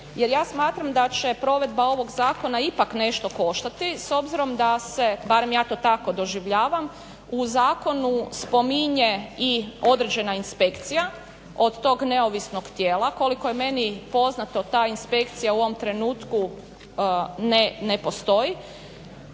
jer ja smatram da će provedba ovog zakona ipak nešto koštati s obzirom da se, barem ja to tako doživljavam, u zakonu spominje i određena inspekcija od tog neovisnog tijela. Koliko je meni poznato, ta inspekcija u ovom trenutku ne postoji.